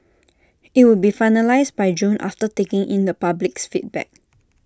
IT will be finalised by June after taking in the public's feedback